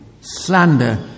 slander